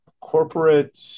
Corporate